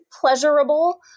pleasurable